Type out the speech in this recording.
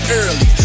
early